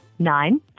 Nine